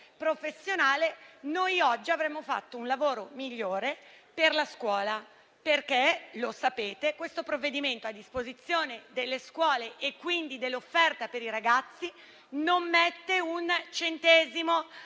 professionale, noi oggi avremmo fatto un lavoro migliore per la scuola. Come ribadisco, questo provvedimento a disposizione delle scuole e quindi dell'offerta per i ragazzi non mette un centesimo.